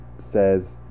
says